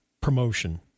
promotion